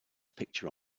picture